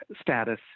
status